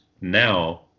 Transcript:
now